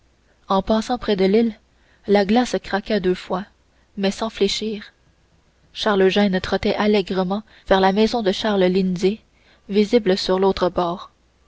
en passant près de l'île la glace craqua deux fois mais sans fléchir charles eugène trottait allègrement vers la maison de charles lindsay visible sur l'autre bord